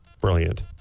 Brilliant